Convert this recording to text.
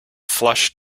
flush